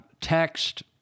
text